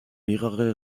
mehrere